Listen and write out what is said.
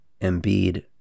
Embiid